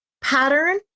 pattern